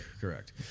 Correct